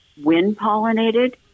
wind-pollinated